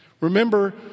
Remember